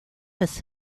his